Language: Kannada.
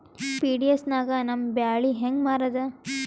ಪಿ.ಡಿ.ಎಸ್ ನಾಗ ನಮ್ಮ ಬ್ಯಾಳಿ ಹೆಂಗ ಮಾರದ?